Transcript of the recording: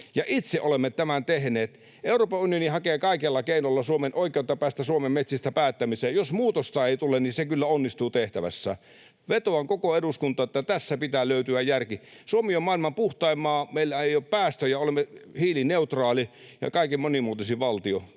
itse olemme tämän tehneet. Euroopan unioni hakee kaikilla keinoilla Suomeen oikeutta päästä Suomen metsistä päättämään. Jos muutosta ei tule, niin se kyllä onnistuu tehtävässä. Vetoan koko eduskuntaan, että tässä pitää löytyä järki. Suomi on maailman puhtain maa, meillä ei ole päästöjä, olemme hiilineutraali ja kaikkein monimuotoisin valtio,